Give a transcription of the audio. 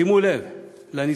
שימו לב לניסוח,